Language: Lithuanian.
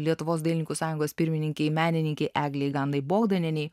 lietuvos dailininkų sąjungos pirmininkei menininkei eglei gandai bogdanienei